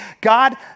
God